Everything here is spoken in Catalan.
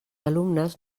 alumnes